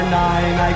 nine